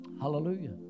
Hallelujah